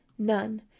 None